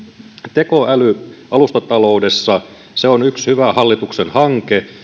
tekoäly alustataloudessa on yksi hyvä hallituksen hanke